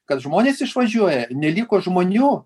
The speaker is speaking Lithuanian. kad žmonės išvažiuoja neliko žmonių